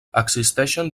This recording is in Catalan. existeixen